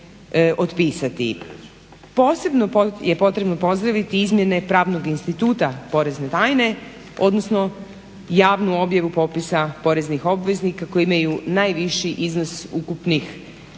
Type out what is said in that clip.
Posebno je potrebno pozdraviti izmjene pravnog instituta porezne tajne, odnosno javnu objavu popisa poreznih obveznika koji imaju najviši iznos ukupnog poreznog